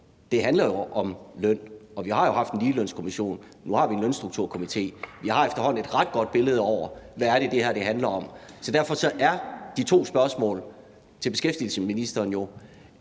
handler om løn, og vi har jo haft en ligelønskommission; nu har vi en Lønstrukturkomité. Vi har efterhånden et ret godt billede af, hvad det er, det her handler om. Så derfor er der to spørgsmål til beskæftigelsesministeren.